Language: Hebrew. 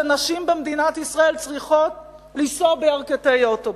שנשים במדינת ישראל צריכות לנסוע בירכתי אוטובוס?